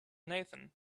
nathan